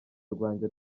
rwanjye